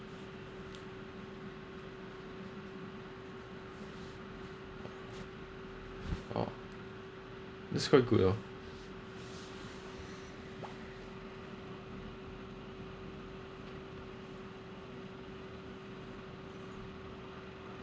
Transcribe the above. oh that's quite good oh